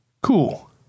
Cool